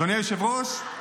אדוני היושב-ראש,